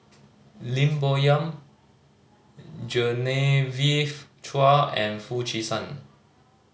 Lim Bo Yam Genevieve Chua and Foo Chee San